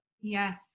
Yes